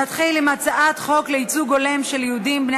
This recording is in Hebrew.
נתחיל עם הצעת חוק לייצוג הולם של יהודים בני